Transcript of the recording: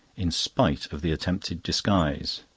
in spite of the attempted disguise.